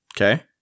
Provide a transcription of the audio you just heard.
Okay